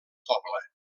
poble